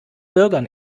bürgern